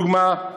דוגמה.